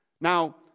Now